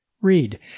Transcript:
Read